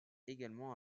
également